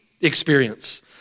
experience